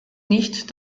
nicht